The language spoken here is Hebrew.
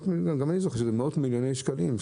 גם אני זוכר שזה מאות מיליוני שקלים,